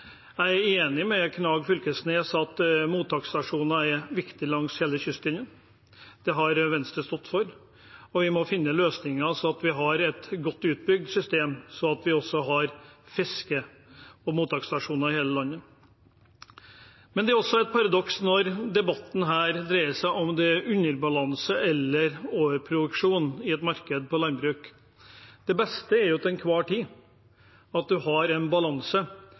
Jeg er enig med Knag Fylkesnes i at mottaksstasjoner er viktig langs hele kystlinjen. Det har Venstre stått for, og vi må finne løsninger så vi har et godt utbygd system, slik at vi også har fiske- og mottaksstasjoner i hele landet. Men det er også et paradoks når debatten her dreier seg om underbalanse eller overproduksjon i et landbruksmarked. Det beste er jo til enhver tid at en har en balanse.